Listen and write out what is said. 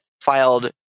filed